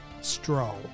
Stroll